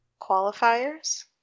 Qualifiers